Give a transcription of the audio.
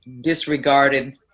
disregarded